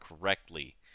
correctly